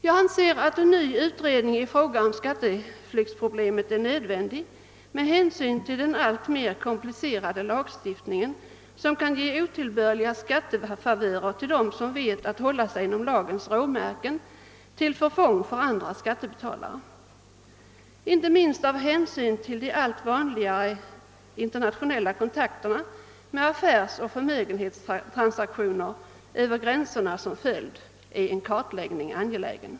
Jag anser att en ny utredning beträffande skatteflyktsproblemet är nödvändig med hänsyn till den allt mer komplicerade lagstiftningen, som kan ge otillbörliga favörer till dem som vet att hålla sig inom lagens råmärken till förfång för andra skattebetalare. Inte minst med hänsyn till de allt vanligare internationella kontakterna med affärsoch förmögenhetstransaktioner över gränserna som följd är en kartläggning angelägen.